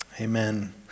Amen